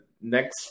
next